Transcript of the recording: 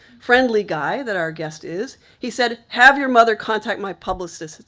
friendly guy that our guest is, he said, have your mother contact my publicist.